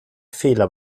fehler